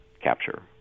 capture